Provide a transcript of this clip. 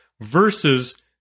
versus